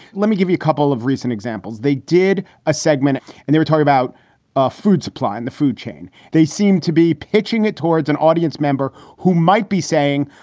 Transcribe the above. let me give you a couple of recent examples. they did a segment and they talked about a food supply in the food chain. they seem to be pitching it towards an audience member who might be saying,